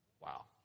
Wow